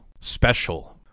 special